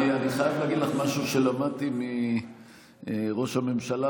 אני חייב להגיד לך משהו שלמדתי מראש הממשלה